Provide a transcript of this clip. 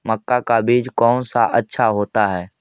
मक्का का बीज कौन सा अच्छा होता है?